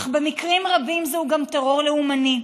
אך במקרים רבים זה גם טרור לאומני.